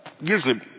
usually